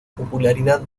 popularidad